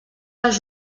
les